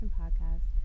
podcast